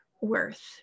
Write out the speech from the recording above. worth